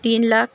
تین لاکھ